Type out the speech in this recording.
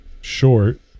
short